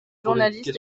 journalistes